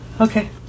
Okay